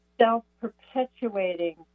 self-perpetuating